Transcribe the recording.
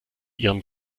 ihrem